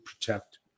protect